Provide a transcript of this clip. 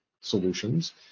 solutions